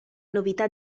novità